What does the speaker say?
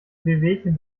wehwehchen